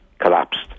collapsed